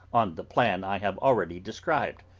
on the plan i have already described.